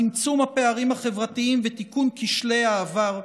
צמצום הפערים החברתיים ותיקון כשלי העבר,